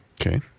Okay